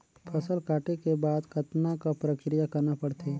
फसल काटे के बाद कतना क प्रक्रिया करना पड़थे?